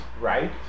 right